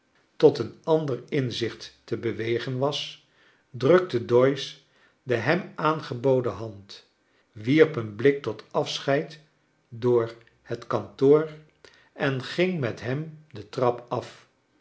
tot een ander inzicht te bewegen was drukte doyce de hem aangeboden hand wierp een blik tot afscheid door het kantoor en ging met hem de trap af